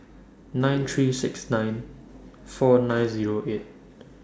nine three six nine four nine Zero eight